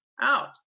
out